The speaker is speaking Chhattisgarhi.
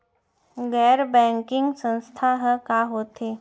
गैर बैंकिंग संस्था ह का होथे?